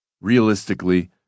Realistically